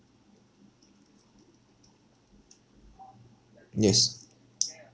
yes